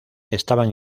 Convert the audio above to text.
estaban